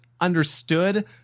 understood